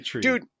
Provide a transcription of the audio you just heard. dude